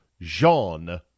jean